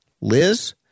Liz